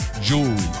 jewelry